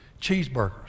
cheeseburgers